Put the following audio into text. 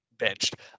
benched